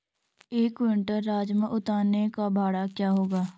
एक क्विंटल राजमा उतारने का भाड़ा क्या होगा?